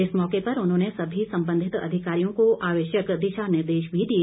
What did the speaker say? इस मौके पर उन्होंने सभी संबंधित अधिकारीयों को आवश्यक दिशा निर्देश भी दिए